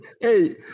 hey